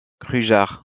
krüger